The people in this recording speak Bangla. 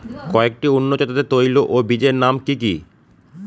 কয়েকটি উন্নত জাতের তৈল ও বীজের নাম কি কি?